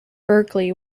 berkeley